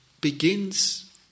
begins